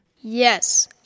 Yes